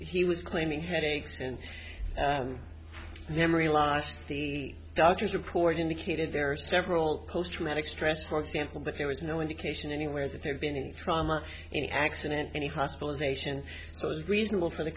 he was claiming headaches and memory loss the doctors of course indicated there are several post traumatic stress for example but there was no indication anywhere that there'd been any trauma or any accident any hospitalization reasonable for the